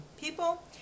people